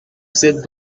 cette